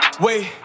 Wait